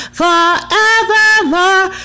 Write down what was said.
forevermore